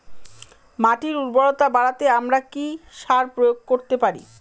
মাটির উর্বরতা বাড়াতে আমরা কি সার প্রয়োগ করতে পারি?